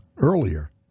earlier